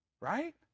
right